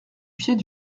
pied